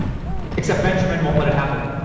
except, benjamin won't let it happen.